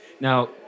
Now